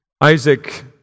Isaac